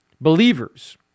believers